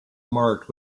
marked